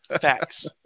Facts